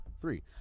Three